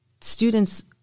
students